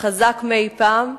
חזק מאי-פעם,